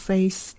Face